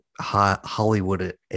Hollywood